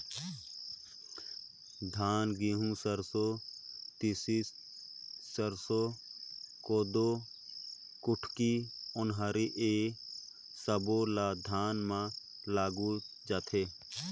धान, गहूँ, सरसो, तिसी, सरसो, कोदो, कुटकी, ओन्हारी ए सब्बो ल धान म लूए जाथे